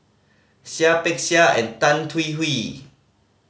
Seah Peck Seah and Tan Hwee Hwee